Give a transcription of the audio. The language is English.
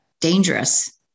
dangerous